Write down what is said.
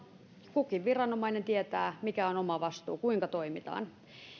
kukin viranomainen tietää mikä on oma vastuu ja kuinka toimitaan